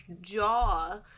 jaw